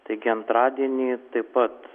teigi antradienį taip pat